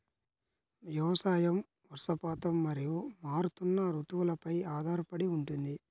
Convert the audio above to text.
వ్యవసాయం వర్షపాతం మరియు మారుతున్న రుతువులపై ఆధారపడి ఉంటుంది